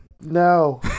No